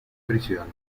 prisión